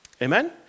Amen